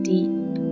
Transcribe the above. deep